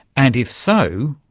and if so,